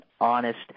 honest